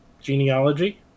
genealogy